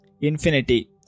infinity